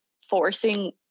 forcing